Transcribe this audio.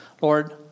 Lord